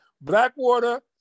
Blackwater